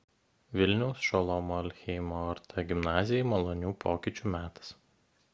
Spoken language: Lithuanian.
vilniaus šolomo aleichemo ort gimnazijai malonių pokyčių metas